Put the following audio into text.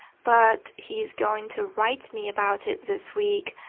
but he's going to write me about it this week,